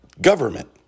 Government